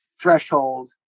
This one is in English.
threshold